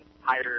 higher